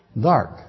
Dark